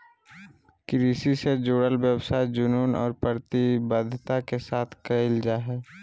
कृषि से जुडल व्यवसाय जुनून और प्रतिबद्धता के साथ कयल जा हइ